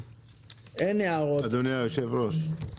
אדוני היושב ראש,